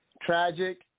tragic